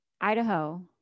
Idaho